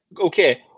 okay